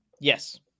Yes